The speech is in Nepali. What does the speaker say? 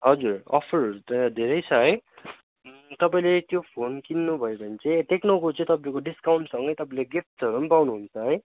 हजुर अफरहरू त धेरै छ है तपाईँले त्यो फोन किन्नु भयो भने चाहिँ टेक्नोको चाहिँ तपाईँको डिस्काउन्टसँगै तपाईँले गिफ्टहरू पनि पाउनु हुन्छ है